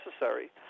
necessary